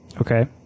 okay